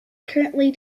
currently